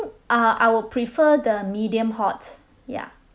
uh I would prefer the medium hot ya